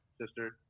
sister